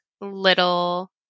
little